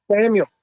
Samuel